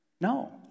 No